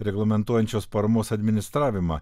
reglamentuojančios paramos administravimą